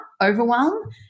overwhelm